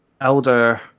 elder